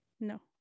No